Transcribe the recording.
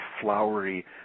flowery